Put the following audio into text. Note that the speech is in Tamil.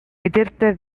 எதிர்த்த